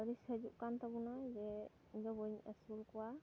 ᱟᱹᱲᱤᱥ ᱦᱤᱡᱩᱜ ᱠᱟᱱ ᱛᱟᱵᱚᱱᱟ ᱡᱮ ᱤᱧ ᱫᱚ ᱵᱟᱹᱧ ᱟᱹᱥᱩᱞ ᱠᱚᱣᱟ